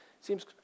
Seems